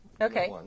Okay